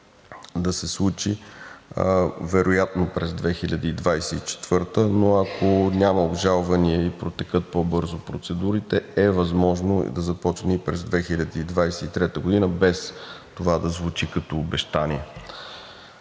да се случи вероятно през 2024 г., но ако няма обжалвания и протекат по-бързо процедурите, е възможно да започне и през 2023 г., без това да звучи като обещание.